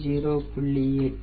8 0